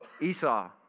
Esau